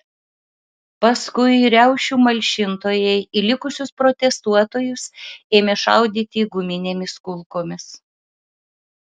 paskui riaušių malšintojai į likusius protestuotojus ėmė šaudyti guminėmis kulkomis